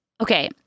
Okay